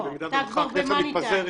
שבמידה ומחר הכנסת מתפזרת,